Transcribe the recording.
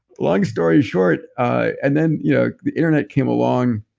long story short, and then yeah the internet came along.